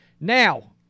Now